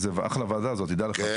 אחלה ועדה זאת תדע לך,